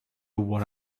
what